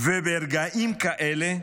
ברגעים כאלה,